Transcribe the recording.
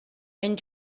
and